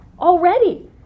already